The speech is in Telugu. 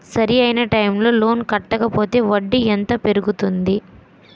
సరి అయినా టైం కి లోన్ కట్టకపోతే వడ్డీ ఎంత పెరుగుతుంది?